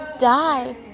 die